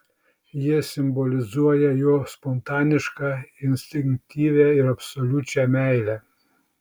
jie simbolizuoja jo spontanišką instinktyvią ir absoliučią meilę